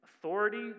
authority